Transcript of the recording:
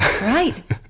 Right